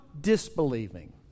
disbelieving